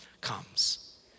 comes